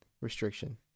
restriction